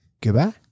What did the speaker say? Goodbye